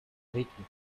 rythme